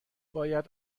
باید